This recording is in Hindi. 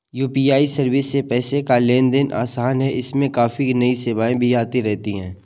यू.पी.आई सर्विस से पैसे का लेन देन आसान है इसमें काफी नई सेवाएं भी आती रहती हैं